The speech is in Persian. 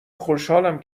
خوشحالم